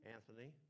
Anthony